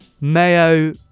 Mayo